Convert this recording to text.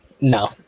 no